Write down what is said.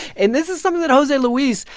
and this is something that jose luis,